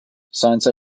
science